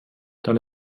dann